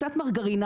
קצת מרגרינה